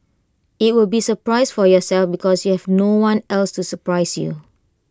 IT will be A surprise for yourself because you have no one else to surprise you